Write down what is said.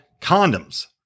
condoms